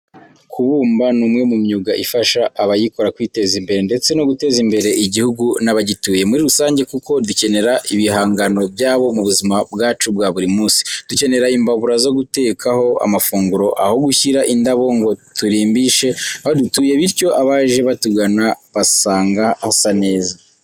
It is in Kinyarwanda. Kubumba ni umwe mu myuga ifasha abayikora kwiteza imbere ndetse no guteza imbere igihugu n'abagituye muri rusange kuko dukenera ibihangano byabo mu buzima bwacu bwa buri munsi. Dukenera imbabura zo gutekaho amafunguro, aho gushyira indabo ngo turimbishe aho dutuye bityo abaje batugana basange hasa neza.